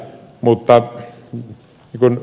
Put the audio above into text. kun ed